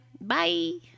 Bye